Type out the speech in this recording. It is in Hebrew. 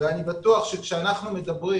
אני בטוח שכשאנחנו מדברים